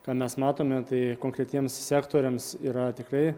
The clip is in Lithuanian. ką mes matome tai konkretiems sektoriams yra tikrai